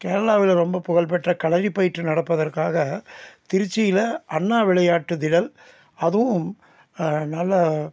கேரளாவில் ரொம்ப புகழ்பெற்ற களரிப்பயிற்று நடப்பதற்காக திருச்சியில் அண்ணா விளையாட்டு திடல் அதுவும் நல்ல